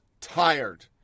tired